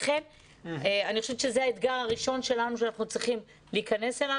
אני חושבת שזה האתגר הראשון שלנו שאנחנו צריכים להיכנס אליו